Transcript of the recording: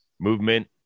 movement